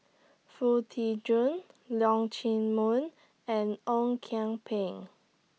Foo Tee Jun Leong Chee Mun and Ong Kian Peng